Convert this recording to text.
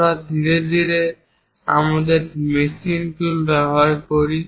আমরা ধীরে ধীরে আমাদের মেশিন টুল ব্যবহার করি